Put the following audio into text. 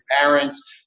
parents